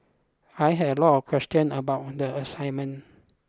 I had a lot of questions about the assignment